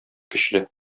көчле